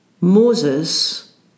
Moses